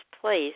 place